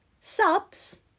subs